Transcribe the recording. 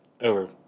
over